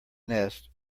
nest